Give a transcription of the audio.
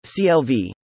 CLV